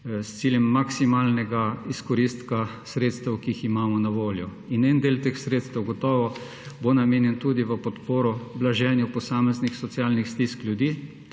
s ciljem maksimalnega izkoristka sredstev, ki jih imamo na voljo. En del teh sredstev bo gotovo namenjen tudi v podporo blaženju posameznih socialnih stisk ljudi,